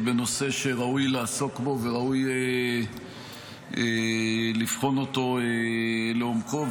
בנושא שראוי לעסוק בו וראוי לבחון אותו לעומקו,